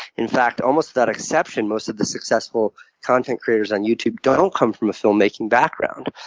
in fact, almost without exception, most of the successful content creators on youtube don't come from a filmmaking background.